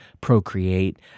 procreate